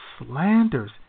slanders